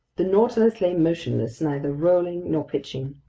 the nautilus lay motionless, neither rolling nor pitching.